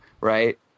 right